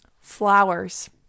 flowers